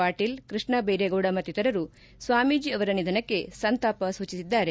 ಪಾಟೀಲ್ ಕೃಷ್ಣ ಬೈರೇಗೌಡ ಮತ್ತಿತರರು ಸ್ವಾಮೀಜೆ ಅವರ ನಿಧನಕ್ಕೆ ಸಂತಾಪ ಸೂಚಿಸಿದ್ದಾರೆ